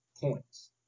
points